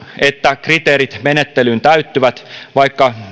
että kriteerit menettelyyn täyttyvät vaikka